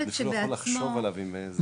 --- אני אפילו לא יכול לחשוב עליו עם זה.